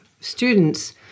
students